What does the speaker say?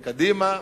מקדימה,